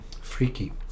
Freaky